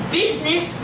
business